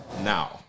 now